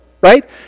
right